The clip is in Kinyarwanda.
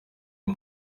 iyi